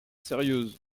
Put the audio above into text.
sérieuses